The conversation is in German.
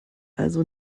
also